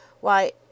Why